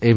એમ